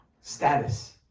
status